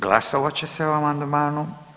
Glasovat će se o amandmanu.